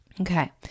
Okay